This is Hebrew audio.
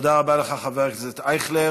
תודה רבה לך, חבר הכנסת אייכלר.